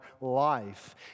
life